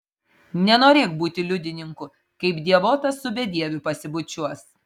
nenorėk būti liudininku kaip dievotas su bedieviu pasibučiuos